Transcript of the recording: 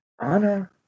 Anna